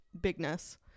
bigness